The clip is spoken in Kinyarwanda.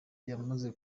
yamaze